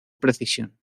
precisión